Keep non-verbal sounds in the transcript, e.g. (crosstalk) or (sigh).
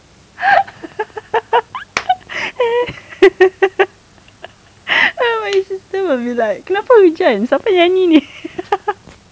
(laughs) then will be like kenapa hujan siapa nyanyi (laughs)